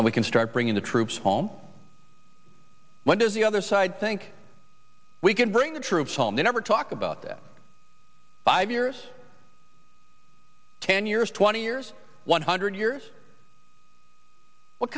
and we can start bringing the troops home when does the other side think we can bring the troops home they never talk about that five years ten years twenty years one hundred years what